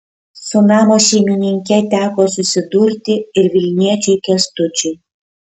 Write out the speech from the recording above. su namo šeimininke teko susidurti ir vilniečiui kęstučiui